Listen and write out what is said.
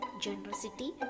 generosity